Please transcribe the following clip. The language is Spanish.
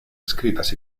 escritas